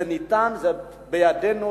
זה ניתן, זה בידינו.